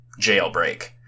Jailbreak